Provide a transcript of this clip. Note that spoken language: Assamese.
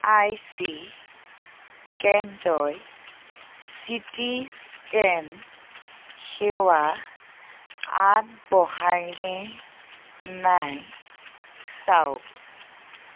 আই চি কেন্দ্ৰই চিটি স্কেন সেৱা আগবঢ়ায় নে নাই চাওক